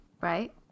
right